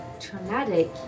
traumatic